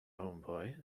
homeboy